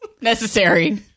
necessary